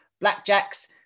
blackjacks